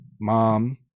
mom